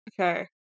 Okay